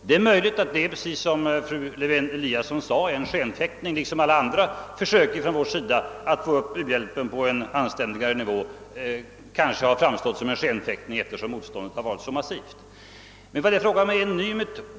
Det är möjligt att detta, precis som fru Lewén-Eliasson sade, är en .skenfäktning, liksom alla andra försök från vår sida att få upp u-hbjälpen på en anständigare nivå kanske framstått som en skenfäktning därför att motståndet varit så massivt. Det är nu fråga om en ny metod.